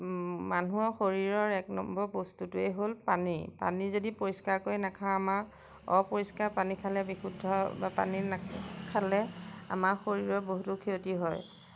মানুহৰ শৰীৰৰ এক নম্বৰ বস্তুটোৱেই হ'ল পানী পানী যদি পৰিষ্কাৰকৈ নাখাওঁ আমাৰ অপৰিষ্কাৰ পানী খালে বিশুদ্ধ বা পানী না খালে আমাৰ শৰীৰৰ বহুতো ক্ষতি হয়